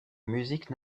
musique